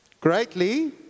greatly